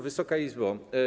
Wysoka Izbo!